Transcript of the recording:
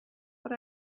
but